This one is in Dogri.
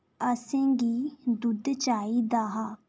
असेंगी दुद्ध चाहिदा हा